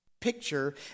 picture